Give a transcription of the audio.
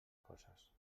coses